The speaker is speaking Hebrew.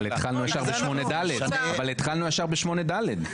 אבל התחלנו ישר ב-8ד.